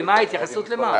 התייחסות למה?